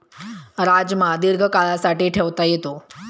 राजमा दीर्घकाळासाठी ठेवता येतो